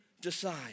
decide